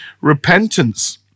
repentance